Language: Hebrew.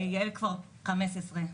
יעל כבר בת 15,